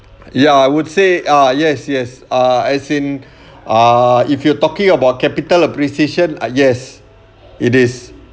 ya I would say ah yes yes ah as in uh if you're talking about capital appreciation ah yes it is